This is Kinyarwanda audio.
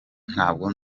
ntabwo